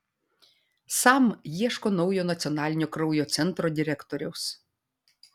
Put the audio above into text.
sam ieško naujo nacionalinio kraujo centro direktoriaus